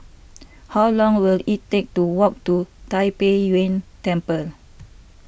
how long will it take to walk to Tai Pei Yuen Temple